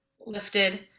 lifted